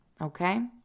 Okay